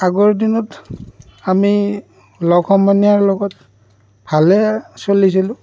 আগৰ দিনত আমি লগ সমনীয়াৰ লগত ভালে চলিছিলোঁ